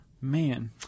Man